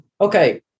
Okay